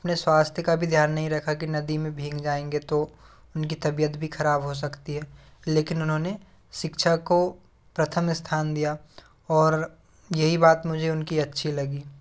अपने स्वास्थ्य का भी ध्यान नहीं रखा कि नदी में भीग जाएंगे तो उनकी तबीयत भी खराब हो सकती है लेकिन उन्होंने शिक्षा को प्रथम स्थान दिया और यही बात मुझे उनकी अच्छी लगी